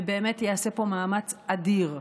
ובאמת ייעשה פה מאמץ אדיר.